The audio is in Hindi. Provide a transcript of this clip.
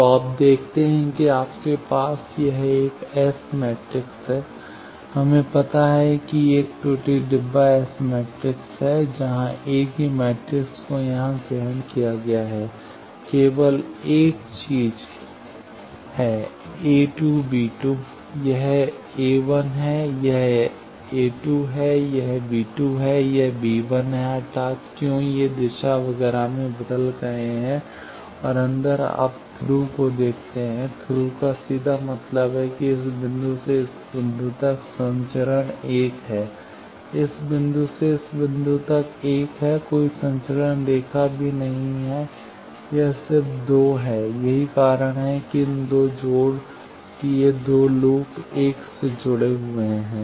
तो आप देखते हैं कि आपके पास यह एस मैट्रिक्स है हमें पता है कि यह एक त्रुटि डब्बा एस मैट्रिक्स है जहां एक ही एस मैट्रिक्स को यहां ग्रहण किया जाता है केवल एक चीज है a2 b2 यह a1 है यह a2 है यह b2 है यह b1 है अर्थात क्यों ये दिशा वगैरह वे बदल गए और अंदर आप थ्रू को देखते हैं थ्रू का सीधा मतलब है कि इस बिंदु से इस बिंदु तक संचरण 1 है इस बिंदु से इस बिंदु तक 1 है कोई संचरण रेखा भी नहीं है यह सिर्फ 2 है यही कारण है कि इन दो जोड़ की ये दो लूप 1 से जुड़े हुए हैं